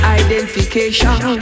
identification